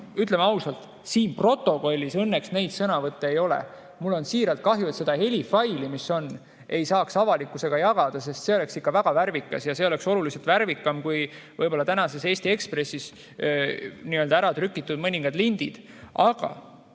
Ütleme ausalt, siin protokollis õnneks neid sõnavõtte ei ole. Mul on siiralt kahju, et seda helifaili ei saaks avalikkusega jagada, sest see on ikka väga värvikas, oluliselt värvikam, kui tänases Eesti Ekspressis ära trükitud mõningad lindid. Aga